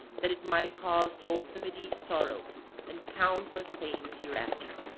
that it might cause to alcimede sorrows and countless pains hereafter.